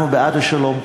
אנחנו בעד השלום.